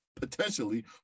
potentially